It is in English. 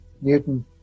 Newton